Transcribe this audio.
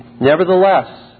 Nevertheless